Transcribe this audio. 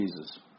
Jesus